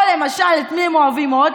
או למשל את מי הם אוהבים עוד?